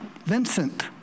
Vincent